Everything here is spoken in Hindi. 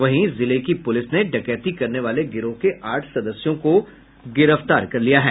वहीं जिले की पुलिस ने डकैती करने वाले गिरोह के आठ सदस्यों को गिरफ्तार किया है